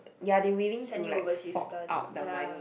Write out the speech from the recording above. ya they willing to like fork out the money